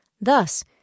Thus